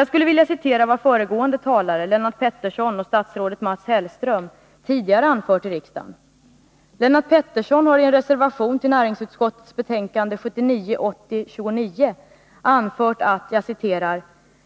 Jag skulle vilja citera vad föregående talare, Lennart Pettersson och statsrådet Mats Hellström, tidigare har anfört i riksdagen. Lennart Pettersson har i en reservation till näringsutskottets betänkande 1979/80:29 anfört: